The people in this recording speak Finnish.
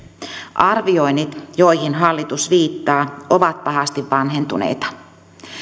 arvioinnit joihin hallitus viittaa ovat pahasti vanhentuneita